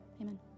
amen